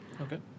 Okay